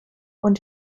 und